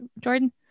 Jordan